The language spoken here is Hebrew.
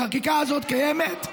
החקיקה הזאת קיימת.